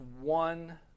one